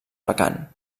vacant